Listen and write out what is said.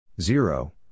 zero